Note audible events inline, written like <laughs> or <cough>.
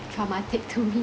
traumatic to me <laughs>